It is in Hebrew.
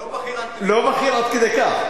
לא בכיר עד כדי כך.